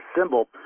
symbol